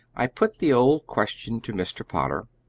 i put the old question to mr. potter,